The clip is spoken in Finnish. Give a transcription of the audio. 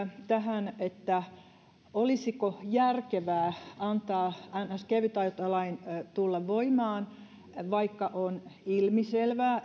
tähän olisiko järkevää antaa niin sanottu kevytautolain tulla voimaan vaikka on ilmiselvää